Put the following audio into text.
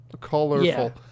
colorful